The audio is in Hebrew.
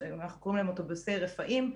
אנחנו קוראים להם אוטובוסי רפאים,